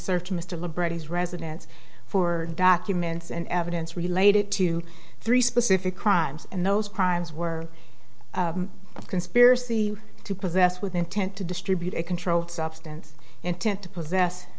search mr librettos residence for documents and evidence related to three specific crimes and those crimes were of conspiracy to possess with intent to distribute a controlled substance intent to possess